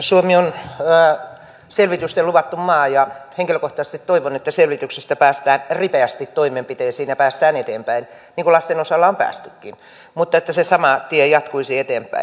suomi on selvitysten luvattu maa ja henkilökohtaisesti toivon että selvityksistä päästään ripeästi toimenpiteisiin ja päästään eteenpäin niin kuin lasten osalla on päästykin mutta että se sama tie jatkuisi eteenpäin